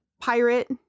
pirate